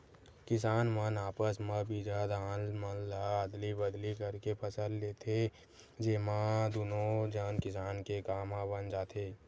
किसान मन आपस म बिजहा धान मन ल अदली बदली करके फसल ले लेथे, जेमा दुनो झन किसान के काम ह बन जाथे